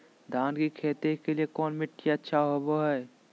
धान की खेती के लिए कौन मिट्टी अच्छा होबो है?